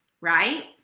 right